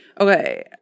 okay